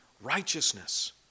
righteousness